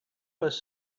was